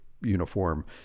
uniform